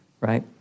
right